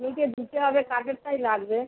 মেয়ে কে দিতে হবে কাঠেরটাই লাগবে